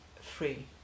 free